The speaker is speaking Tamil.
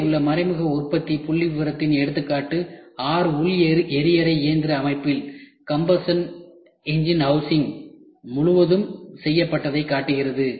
கீழே உள்ள மறைமுக உற்பத்தி புள்ளிவிவரத்தின் எடுத்துக்காட்டு ஆறு உள் எரியறை இயந்திர அமைப்பில் முழுவதுமாக செய்யப்பட்டதைக் காட்டுகிறது